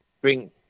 Bring